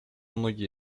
многие